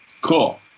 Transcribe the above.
Cool